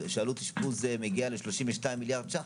מגיעה ל-32 מיליארד ש"ח,